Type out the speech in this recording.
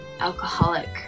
Alcoholic